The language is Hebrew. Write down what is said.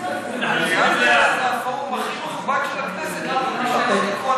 מליאת הכנסת זה הפורום הכי מכובד של הכנסת, רבותי.